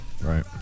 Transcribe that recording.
Right